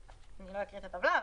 אני לא אקריא את הטבלה,